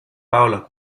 paola